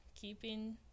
keeping